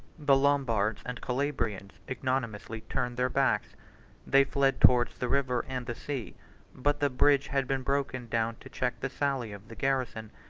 the lombards and calabrians ignominiously turned their backs they fled towards the river and the sea but the bridge had been broken down to check the sally of the garrison,